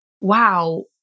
wow